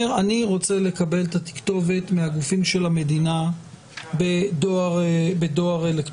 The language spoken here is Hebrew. אומר שהוא רוצה לקבל את התכתובת מהגופים של המדינה בדואר אלקטרוני.